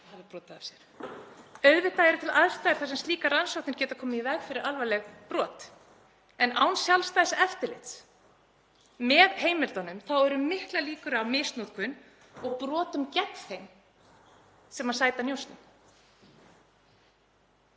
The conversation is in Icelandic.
Auðvitað eru til aðstæður þar sem slíkar rannsóknir geta komið í veg fyrir alvarleg brot en án sjálfstæðs eftirlits með heimildunum eru miklar líkur á misnotkun og brotum gegn þeim sem sæta njósnum.